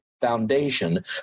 foundation